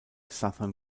southern